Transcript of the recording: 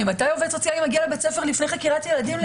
ממתי עובד סוציאלי מגיע לבית ספר לפני חקירת ילדים?